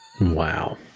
Wow